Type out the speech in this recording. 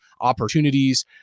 opportunities